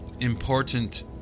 important